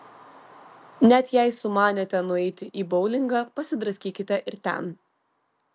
net jei sumanėte nueiti į boulingą pasidraskykite ir ten